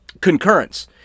concurrence